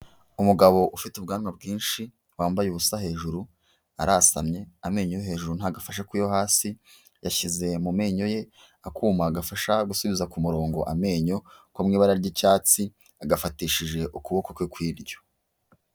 Umugabo ufite ubwanwa bwinshi wambaye ubusa hejuru arasamye amenyo hejuru ntagafashe ku yo hasi, yashyize mu menyo ye akuma gafasha gusubiza ku murongo amenyo, ko mu ibara ry'icyatsi agafatishije ukuboko kwe kw'iburyo.